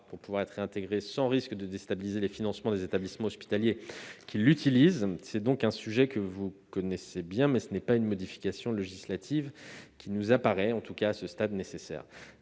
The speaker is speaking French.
pour pouvoir être réintégré sans risque de déstabiliser les financements des établissements hospitaliers qui l'utilisent. C'est donc un sujet que vous connaissez bien, mais ce n'est pas une modification législative qui nous apparaît, en tout cas à ce stade, nécessaire.